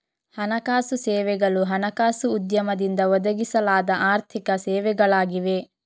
ಹಣಕಾಸು ಸೇವೆಗಳು ಹಣಕಾಸು ಉದ್ಯಮದಿಂದ ಒದಗಿಸಲಾದ ಆರ್ಥಿಕ ಸೇವೆಗಳಾಗಿವೆ